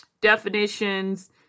definitions